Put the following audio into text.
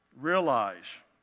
realize